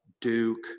duke